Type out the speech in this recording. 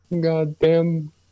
goddamn